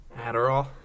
Adderall